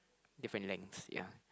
different lengths ya